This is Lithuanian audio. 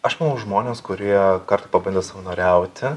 aš manau žmonės kurie kartą pabandė savanoriauti